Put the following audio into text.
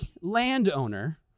landowner